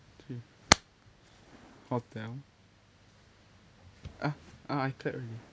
three hotel ah ah I clap already